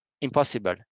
impossible